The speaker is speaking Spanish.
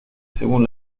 según